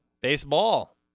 baseball